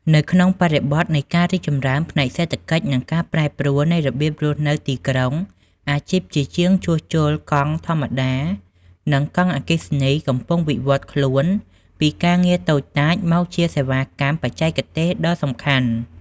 នៅក្នុងបរិបទនៃការរីកចម្រើនផ្នែកសេដ្ឋកិច្ច និងការប្រែប្រួលនៃរបៀបរស់នៅទីក្រុង អាជីពជាជាងជួសជុលកង់ធម្មតា និងកង់អគ្គិសនីកំពុងវិវត្តខ្លួនពីការងារតូចតាចមកជាសេវាកម្មបច្ចេកទេសដ៏សំខាន់។